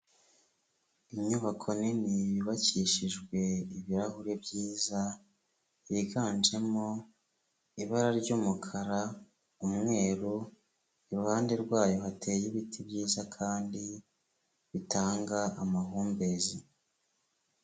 Inyubako nini yubakishijwe ibirahure byiza, yiganjemo ibara ry'umukara, umweru, iruhande rwayo hateye ibiti byiza kandi bitanga amahumbezi.